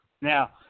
Now